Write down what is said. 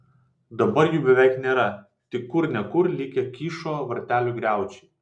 dabar jų beveik nėra tik kur ne kur likę kyšo vartelių griaučiai